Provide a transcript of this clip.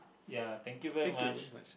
ya thank you very much